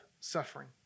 suffering